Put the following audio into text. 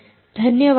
ಧನ್ಯವಾದಗಳು